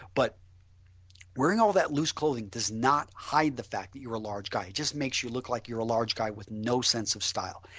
but wearing all that loose clothing does not hide the fact that you are a large guy. it just makes you look like you are a large guy with no sense of style.